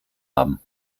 haben